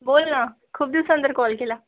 बोल ना खूप दिवसानंतर कॉल केला